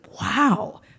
wow